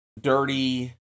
dirty